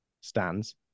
stands